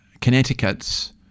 Connecticut's